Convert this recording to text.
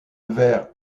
vers